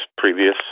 previous